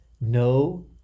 no